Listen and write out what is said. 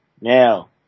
Now